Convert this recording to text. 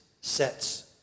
sets